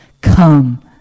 Come